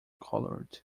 colored